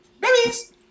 Babies